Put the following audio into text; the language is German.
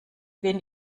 wen